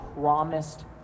promised